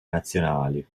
nazionali